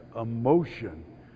emotion